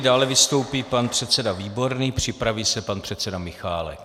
Dále vystoupí pan předseda Výborný, připraví se pan předseda Michálek.